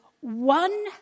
one